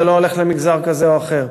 זה לא הולך למגזר כזה או אחר.